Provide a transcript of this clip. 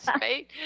Right